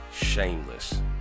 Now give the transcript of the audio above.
shameless